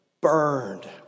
burned